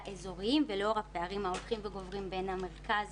אזוריים ולאור הפערים ההולכים וגוברים בין המרכז